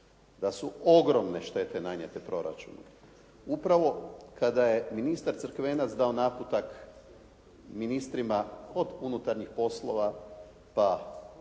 da su ogromne štete nanijete proračunu. Upravo kada je ministar Crkvenac dao naputak ministrima od unutarnjih poslova, pa